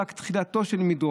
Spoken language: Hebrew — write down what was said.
זו רק תחילתו של מדרון.